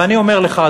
ואני אומר לך,